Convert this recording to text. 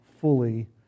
fully